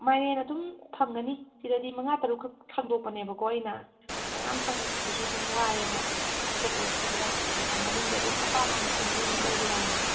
ꯃꯥꯏꯔꯦꯟ ꯑꯗꯨꯝ ꯐꯪꯒꯅꯤ ꯁꯤꯗꯗꯤ ꯃꯉꯥ ꯇꯔꯨꯛ ꯈꯛ ꯊꯥꯡꯗꯣꯛꯄꯅꯦꯕꯀꯣ ꯑꯩꯅ ꯃꯌꯥꯝ ꯊꯥꯡꯗꯣꯛꯄꯗꯨꯁꯨ ꯁꯨꯝ ꯋꯥꯏꯌꯦꯅ ꯂꯧꯊꯣꯛꯀ ꯂꯧꯁꯤꯟꯒ ꯑꯥ ꯃꯅꯨꯡꯗ ꯑꯗꯨꯝ ꯑꯄꯥꯝꯕ ꯃꯁꯤꯡꯗꯣ ꯑꯗꯨꯝ ꯂꯧꯕ ꯌꯥꯒꯅꯤ